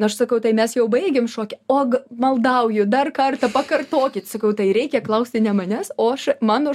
aš sakau tai mes jau baigėme šokį o maldauju dar kartą pakartokit sakau tai reikia klausti ne manęs o aš mano